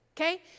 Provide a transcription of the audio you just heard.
Okay